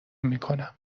میکنم